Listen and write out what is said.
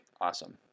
Awesome